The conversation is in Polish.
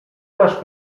masz